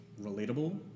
relatable